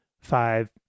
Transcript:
five